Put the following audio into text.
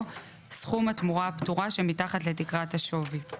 "סכום התמורה הפטורה שמתחת לתקרת השווי";